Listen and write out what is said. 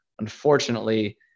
unfortunately